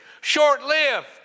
short-lived